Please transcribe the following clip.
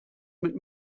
mit